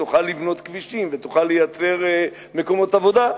תוכל לבנות כבישים ותוכל לייצר מקומות עבודה,